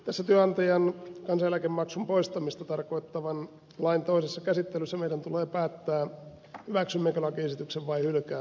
tässä työnantajan kansaneläkemaksun poistamista tarkoittavan lain toisessa käsittelyssä meidän tulee päättää hyväksymmekö lakiesityksen vai hylkäämmekö sen